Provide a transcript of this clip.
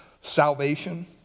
salvation